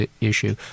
issue